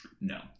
No